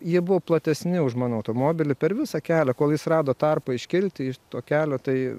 jie buvo platesni už mano automobilį per visą kelią kol jis rado tarpą iškilti iš to kelio tai